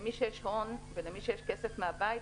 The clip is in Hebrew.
למי שיש הון ולמי שיש כסף מהבית,